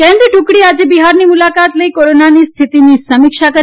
કેન્દ્રીય ટુકડીએ આજે બિહારની મુલાકાત લઇ કોરોનાની સ્થિતિની સમીક્ષા કરી